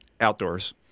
outdoors